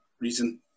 reason